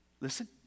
Listen